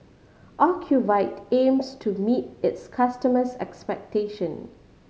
ocuvite aims to meet its customers' expectation